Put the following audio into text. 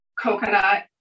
coconut